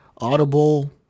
Audible